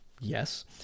yes